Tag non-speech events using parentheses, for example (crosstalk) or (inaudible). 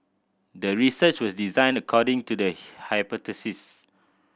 the research was designed according to the (unintelligible) hypothesis